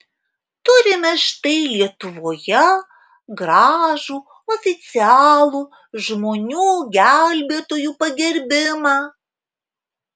turime štai lietuvoje gražų oficialų žmonių gelbėtojų pagerbimą